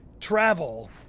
travel